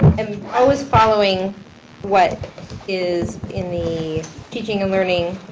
am always following what is in the teaching and learning